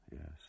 yes